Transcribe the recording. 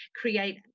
create